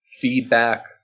feedback